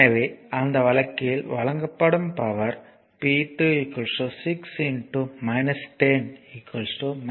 எனவே அந்த வழக்கில் வழங்கப்படும் பவர் P2 6 10 60 வாட்